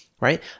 right